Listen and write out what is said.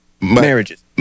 marriages